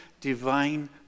divine